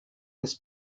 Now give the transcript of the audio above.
this